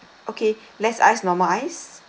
okay less ice normal ice